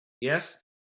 Yes